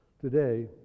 Today